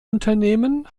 unternehmen